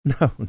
No